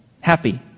happy